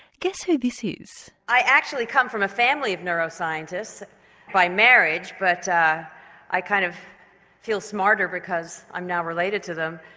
guess who this is? i actually come from a family of neuroscientists by marriage but i kind of feel smarter because i'm now related to them.